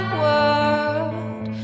world